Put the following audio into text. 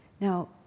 now